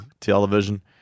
television